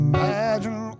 Imagine